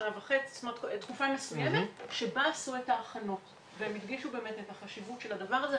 שנה וחצי בה עשו את ההכנות והם הדגישו את החשיבות של הדבר הזה,